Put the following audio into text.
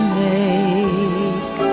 make